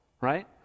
right